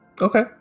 Okay